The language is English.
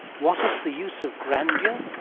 what is the use of grandeur,